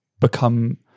become